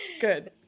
good